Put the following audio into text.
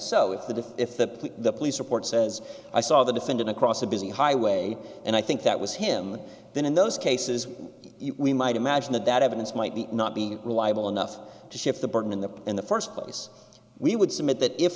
so if the if the police report says i saw the defendant across a busy highway and i think that was him then in those cases we might imagine that that evidence might be not being reliable enough to shift the burden in the in the first place we would submit that if